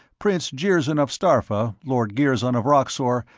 prince jirzyn of starpha, lord girzon of roxor,